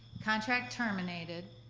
contract terminated,